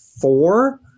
four